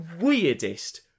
weirdest